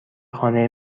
خانه